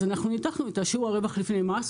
אנחנו ניתחנו את שיעור הרווח לפני מס,